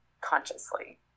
consciously